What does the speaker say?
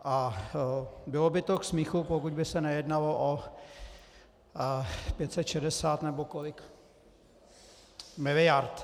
A bylo by to k smíchu, pokud by se nejednalo o 560 nebo kolik miliard.